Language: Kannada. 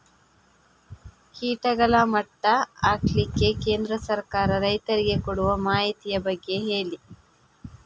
ಕೀಟಗಳ ಮಟ್ಟ ಹಾಕ್ಲಿಕ್ಕೆ ಕೇಂದ್ರ ಸರ್ಕಾರ ರೈತರಿಗೆ ಕೊಡುವ ಮಾಹಿತಿಯ ಬಗ್ಗೆ ಹೇಳಿ